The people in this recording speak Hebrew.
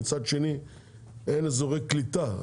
ומצד שני אין אזורי קליטה.